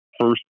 first